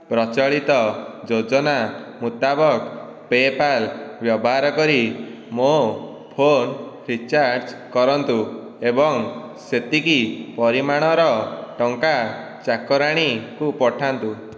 ପ୍ରଚଳିତ ଯୋଜନା ମୁତାବକ ପେ'ପାଲ୍ ବ୍ୟବହାର କରି ମୋ ଫୋନ ରିଚାର୍ଜ କରନ୍ତୁ ଏବଂ ସେତିକି ପରିମାଣର ଟଙ୍କା ଚାକରାଣୀକୁ ପଠାନ୍ତୁ